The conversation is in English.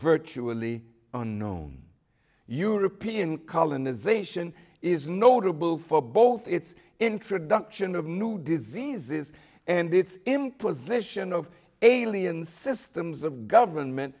virtually unknown european colonization is notable for both its introduction of new diseases and its imposition of alien systems of government